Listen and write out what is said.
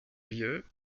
lieu